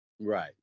Right